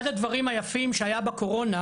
אחד הדברים היפים שהיה בקורונה,